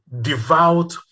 devout